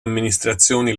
amministrazioni